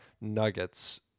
nuggets